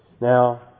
Now